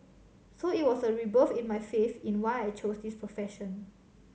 so it was a rebirth in my faith in why I chose this profession